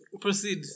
proceed